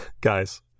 guys